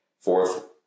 fourth